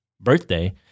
birthday